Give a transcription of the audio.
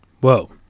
Whoa